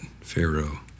Pharaoh